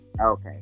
okay